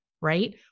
right